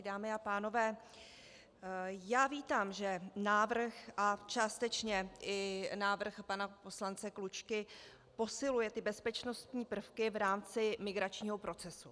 Dámy a pánové, já vítám, že návrh a částečně i návrh pana poslance Klučky posiluje bezpečností prvky v rámci migračního procesu.